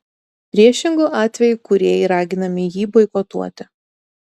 priešingu atveju kūrėjai raginami jį boikotuoti